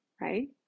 right